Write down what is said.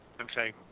Okay